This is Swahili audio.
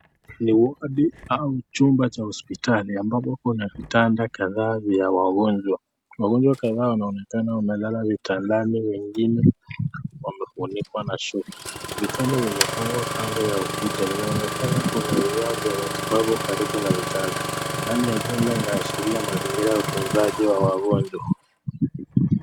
Ni wodi au chumba cha hospitali ambapo kuna vitanda kadhaa vya wagonjwa. Wagonjwa kadhaa wanaonekana wamelala vitandani wengine wamefunikwa na shuka. Vitanda vimepangwa kando ya ukuta. Inaonekana kuna vifaa vya matibabu karibu na vitanda. Hali ya jumba inaashiria mazingira ya utunzaji wa wagonjwa.